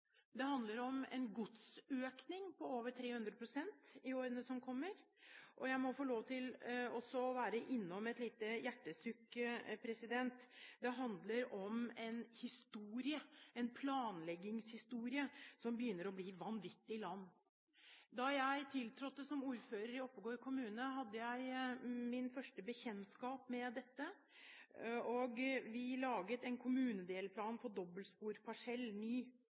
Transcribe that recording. det handler om en godsøkning på over 300 pst. i årene som kommer. Jeg må få lov til også å komme med et lite hjertesukk. Det handler om en historie, en planleggingshistorie, som begynner å bli vanvittig lang. Da jeg tiltrådte som ordfører i Oppegård kommune, hadde jeg mitt første bekjentskap med dette. Vi laget en kommunedelplan for ny dobbeltsporparsell